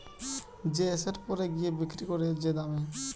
যে এসেট পরে গিয়ে বিক্রি করে যে দামে